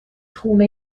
خونه